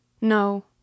No